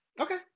Okay